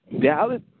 Dallas